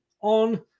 on